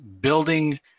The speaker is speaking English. building